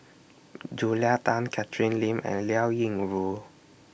Julia Tan Catherine Lim and Liao Yingru